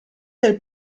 del